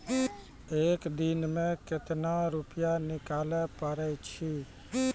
एक दिन मे केतना रुपैया निकाले पारै छी?